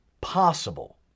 possible